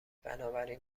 بنابراین